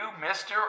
Mr